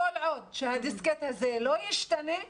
כל עוד שהדיסקט הזה לא ישתנה,